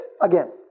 again